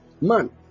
Man